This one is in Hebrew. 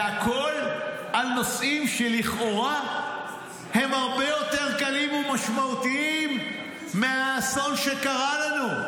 והכול על נושאים שלכאורה הם הרבה יותר קלים ומשמעותיים מהאסון שקרה לנו.